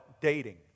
dating